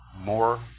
more